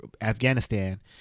Afghanistan